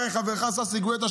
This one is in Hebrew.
הרי חברך ששי גואטה,